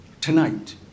tonight